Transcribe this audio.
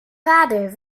vader